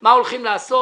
מה הולכים לעשות?